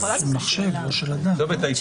של מחשב, לא של אדם.